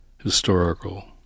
historical